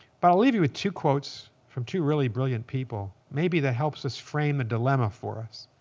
but i'll leave you with two quotes from two really brilliant people maybe that helps us frame a dilemma for us.